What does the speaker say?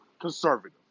conservative